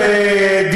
ועדה.